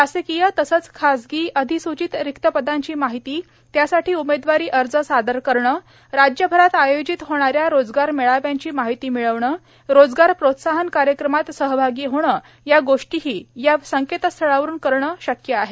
शासकीय तसेच खासगी अधिसूचित रिक्तपदांची माहिती त्यासाठी उमेदवारी अर्ज सादर करणे राज्यभरात आयोजित होणाऱ्या रोजगार मेळाव्यांची माहिती मिळवणे रोजगार प्रोत्साहन कार्यक्रमात सहभागी होणे या गोष्टीही या संकेत स्थळावरुन करणं शक्य आहे